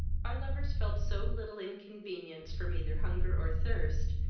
our lovers felt so little inconvenience from either hunger or thirst,